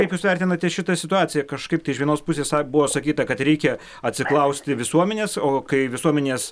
kaip jūs vertinate šitą situaciją kažkaip tai iš vienos pusės buvo sakyta kad reikia atsiklausti visuomenės o kai visuomenės